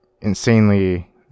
insanely